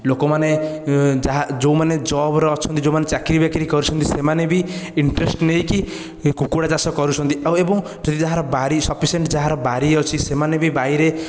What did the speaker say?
ଲୋକମାନେ ଯାହା ଯେଉଁମାନେ ଜବ୍ରେ ଅଛନ୍ତି ଯେଉଁମାନେ ଚାକିରୀ ବାକିରୀ କରିଛନ୍ତି ସେମାନେ ବି ଇଣ୍ଟରେଷ୍ଟ ନେଇକି କୁକୁଡ଼ା ଚାଷ କରୁଛନ୍ତି ଏବଂ ଯାହାର ବାରି ସଫିସେଣ୍ଟ ଯାହାର ବାରି ଅଛି ସେମାନେ ବି ବାରିରେ